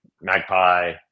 Magpie